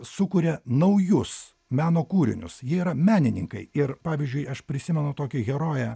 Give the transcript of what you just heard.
sukuria naujus meno kūrinius jie yra menininkai ir pavyzdžiui aš prisimenu tokią heroję